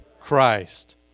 Christ